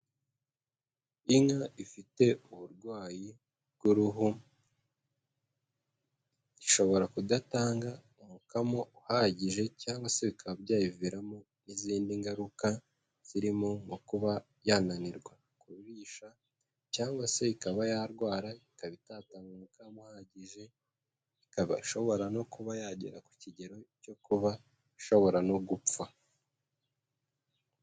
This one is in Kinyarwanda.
Inka ifite uburwayi bw'uruhu ishobora kudatanga umukamo uhagije cyangwa se bikaba byayiviramo n'izindi ngaruka zirimo nko kuba yananirwa kurisha cyangwa se ikaba yarwara, ikaba itatanga umukamo uhagije, ikaba ishobora no kuba yagera ku kigero cyo kuba ishobora no gupfa.